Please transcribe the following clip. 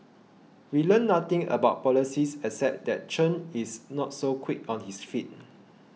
we learnt nothing about policies except that Chen is not so quick on his feet